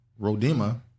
Rodema